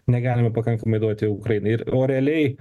negalime pakankamai duoti ukrainai ir o realiai